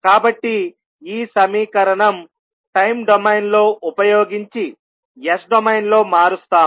కాబట్టి ఈ సమీకరణం టైం డొమైన్ లో ఉపయోగించి S డొమైన్ లో మారుస్తాము